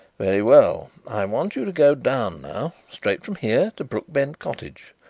very well. i want you to go down now straight from here to brookbend cottage.